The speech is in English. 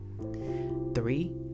Three